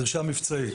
דרישה מבצעית.